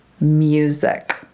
music